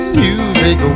music